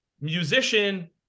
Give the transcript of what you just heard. musician